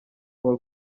paul